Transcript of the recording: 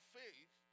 faith